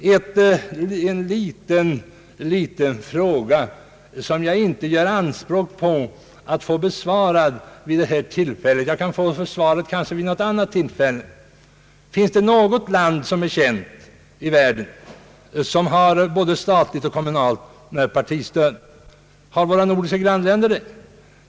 Låt mig framställa en liten, liten fråga, som jag inte gör anspråk på att få besvarad vid detta tillfälle. Jag kanske kan få svaret någon annan gång. Finns det något land i världen, där man har både statligt och kommunalt partistöd? Har våra nordiska grannländer det?